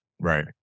Right